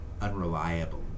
unreliable